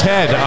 Ted